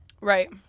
Right